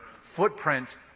footprint